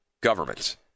governments